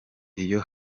iyo